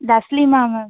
Taslima ma'am